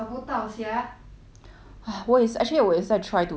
我也是 actually 我也是在 try to 找 but 没有一个很